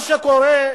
מה שקורה,